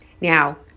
Now